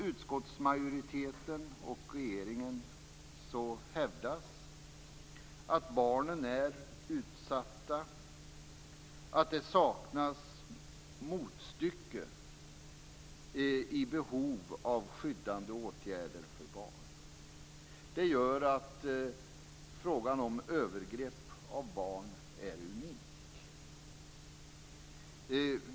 Utskottsmajoriteten och regeringen hävdar att barnen är utsatta, att det saknas motstycke till behov av skyddande åtgärder för barn. Det gör att frågan om övergrepp på barn är unik.